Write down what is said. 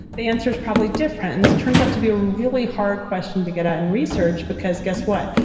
the answer's probably different. this turned out to be a really hard question to get out and research because guess what,